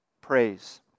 Praise